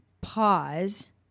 pause